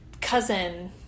cousin